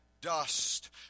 dust